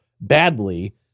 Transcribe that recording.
badly